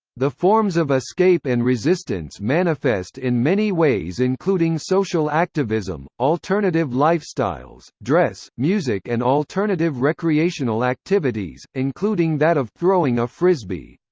the forms of escape and resistance manifest in many ways including social activism, alternative lifestyles, dress, music and alternative recreational activities, including that of throwing a frisbee.